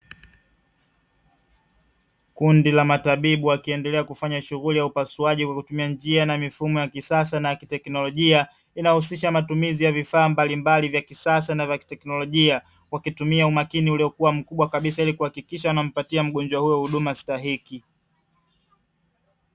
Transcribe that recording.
Kundi la matabibu wakiendelea kufanya shughuli ya upasuaji kwa kutumia njia na mifumo ya kisasa na ya kiteknolojia. Inahusisha matumizi ya vifaa mbalimbali vya kisasa na vya kiteknolojia wakitumia umakini uliyo kuwa mkubwa kabisa ili kuhakikisha wanampatia mgonjwa huyo huduma stahiki.